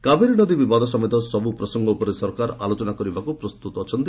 କାବେରୀ ନଦୀ ବିବାଦ ସମେତ ସବୁ ପ୍ରସଙ୍ଗ ଉପରେ ସରକାର ଆଲୋଚନା କରିବାକୁ ପ୍ରସ୍ତୁତ ଅଛନ୍ତି